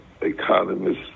economists